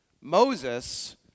Moses